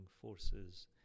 forces